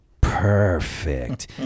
perfect